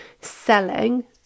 selling